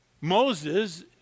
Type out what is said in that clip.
Moses